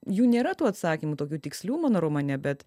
jų nėra tų atsakymų tokių tikslių mano romane bet